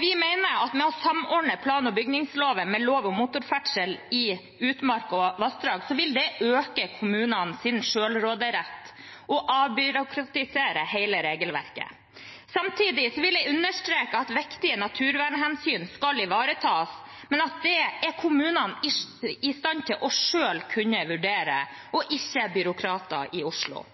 Vi mener at ved å samordne plan- og bygningsloven med lov om motorferdsel i utmark og vassdrag vil det øke kommunenes selvråderett og avbyråkratisere hele regelverket. Samtidig vil jeg understreke at viktige naturvernhensyn skal ivaretas, men at det er kommunene i stand til selv å kunne vurdere, og ikke byråkrater i Oslo.